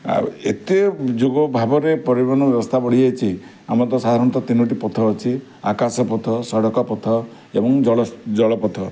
ଆଉ ଏତେ ଯୁଗ ଭାବରେ ପରିବହନ ବ୍ୟବସ୍ଥା ବଢ଼ିଯାଇଛି ଆମର ତ ସାଧାରଣତଃ ତିନୋଟି ପଥ ଅଛି ଆକାଶ ପଥ ସଡ଼କ ପଥ ଏବଂ ଜଳ ଜଳ ପଥ